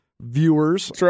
viewers